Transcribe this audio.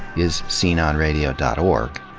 is sceneonradio dot org.